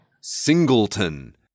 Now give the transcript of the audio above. Singleton